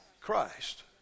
Christ